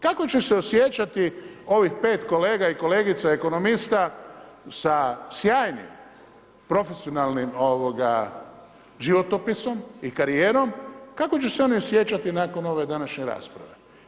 Kako će se osjećati ovih 5 kolega i kolegica ekonomista sa sjajnim profesionalnim životopisom i karijerom, kako će se oni osjećati nakon ove današnje rasprave?